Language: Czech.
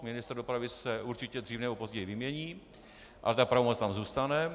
Ministr dopravy se určitě dřív nebo později vymění, ale ta pravomoc tam zůstane.